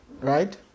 right